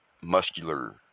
muscular